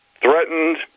threatened